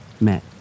met